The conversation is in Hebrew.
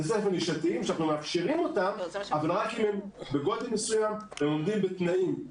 שאנחנו מאפשרים אותם אבל רק אם הם בגודל מסוים ועומדים בתנאים.